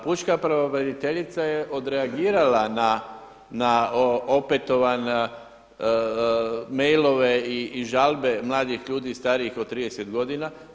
Pučka pravobraniteljica je odreagirala na opetovane mailove i žalbe mladih ljudi starijih od 30 godina.